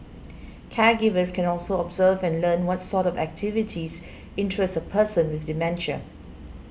caregivers can also observe and learn what sort of activities interest a person with dementia